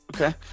Okay